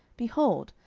behold,